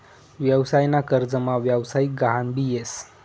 व्यवसाय ना कर्जमा व्यवसायिक गहान भी येस